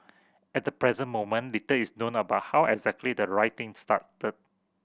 at the present moment little is known about how exactly the rioting started